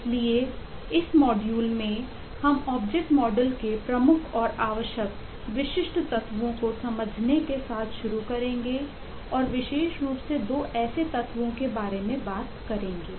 इसलिए इस मॉड्यूल में हम ऑब्जेक्ट मॉडल के प्रमुख और आवश्यक विशिष्ट तत्वों को समझने के साथ शुरू करेंगे और विशेष रूप से 2 ऐसे तत्वों के बारे में बात करेंगे